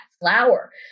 flower